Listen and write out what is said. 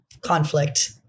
conflict